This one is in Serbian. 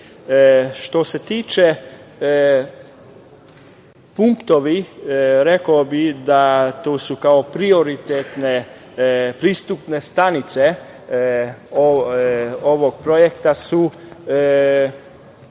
se tiče punktova, rekao bih da su tu kao prioritetne pristupne stanice ovog projekta